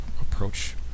approach